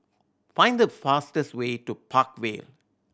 find the fastest way to Park Vale